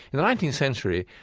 in the nineteenth century,